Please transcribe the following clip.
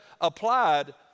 applied